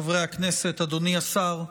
חברי הכנסת, אדוני השר,